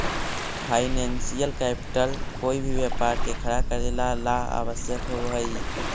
financial capital कोई भी व्यापार के खड़ा करेला ला आवश्यक होवऽ हई